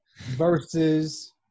versus